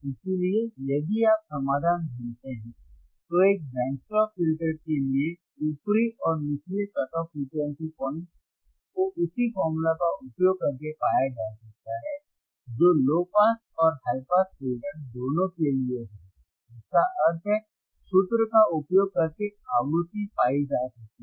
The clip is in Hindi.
इसलिए यदि आप समाधान ढूंढते हैं तो एक बैंड स्टॉप फिल्टर के लिए ऊपरी और निचले कट ऑफ फ्रीक्वेंसी पॉइंट्स को उसी फॉर्मूले का उपयोग करके पाया जा सकता है जो लो पास और हाय पास फिल्टर दोनों के लिए है जिसका अर्थ है सूत्र का उपयोग करके आवृत्ति पाई जा सकती है